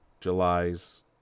July's